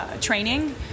training